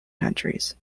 countries